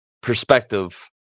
perspective